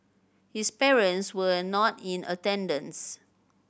his parents were not in attendance